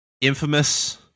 infamous